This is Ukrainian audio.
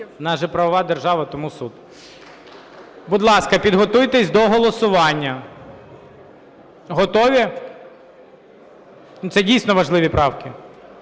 У нас же правова держава, тому суд. Будь ласка, підготуйтесь до голосування. Готові? Ну, це дійсно важливі правки.